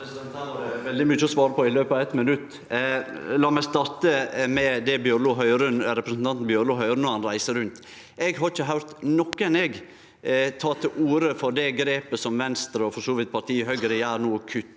veldig mykje å svare på i løpet av 1 minutt. La meg starte med det representanten Bjørlo høyrer når han reiser rundt. Eg har ikkje høyrt nokon ta til orde for det grepet som Venstre og for så vidt partiet Høgre no gjer med å kutte